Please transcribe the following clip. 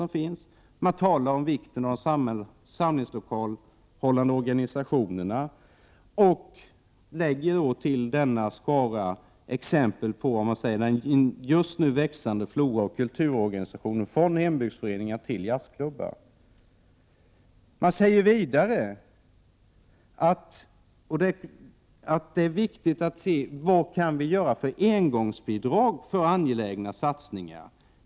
Man talar om vikten av samlingslokaler för organisationerna, och lägger till den just nu växande floran av kulturorganisationer, från hembygdsföreningar till jazzklubbar. Det är vidare viktigt att undersöka vilka engångsbidrag som kan ges för angelägna satsningar.